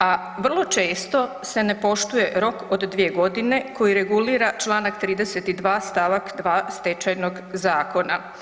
a vrlo često se ne poštuje rok od 2 godine koji regulira Članak 32. stavak 2. Stečajnog zakona.